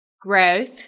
growth